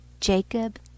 jacob